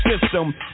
system